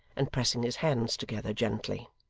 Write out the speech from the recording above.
and pressing his hands together gently.